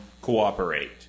cooperate